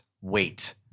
wait